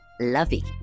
lovey